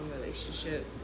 relationship